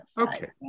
okay